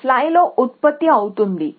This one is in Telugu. ఫ్లై లో ఉత్పత్తి అవుతుంది